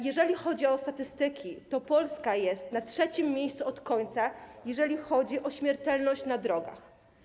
Jeżeli chodzi o statystyki, to Polska jest na trzecim miejscu od końca pod względem śmiertelności na drogach.